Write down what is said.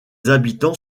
habitants